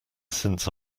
since